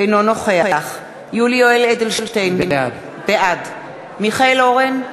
אינו נוכח יולי יואל אדלשטיין, בעד מיכאל אורן,